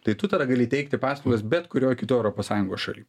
tai tu tada gali teikti paslaugas bet kurioj kitoj europos sąjungos šaly